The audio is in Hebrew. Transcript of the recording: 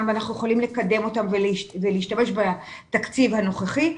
ואנחנו יכולים לקדם ולהשתמש בתקציב הנוכחי,